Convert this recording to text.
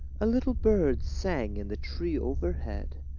a little bird sang in the tree overhead,